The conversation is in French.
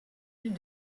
île